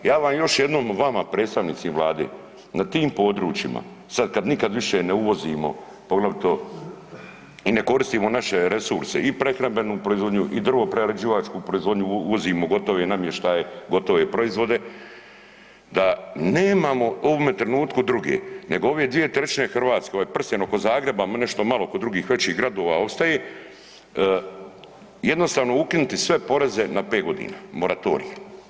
Ja vam još jednom vama predstavnici Vlade na tim područjima sad kad nikad više ne uvozimo poglavito i ne koristimo naše resurse i prehrambenu proizvodnju i drvoprerađivačku proizvodnju, uvozimo gotovi namještaj, gotove proizvode da nemamo u ovome trenutku druge nego ove dvije trećine Hrvatske, ovaj prsten oko Zagreba, nešto malo oko drugih, većih gradova opstaje jednostavno ukinuti sve poreze na pet godina moratorij.